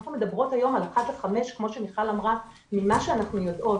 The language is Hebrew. אנחנו מדברות היום על אחד מתוך חמישה ממה שאנחנו יודעות,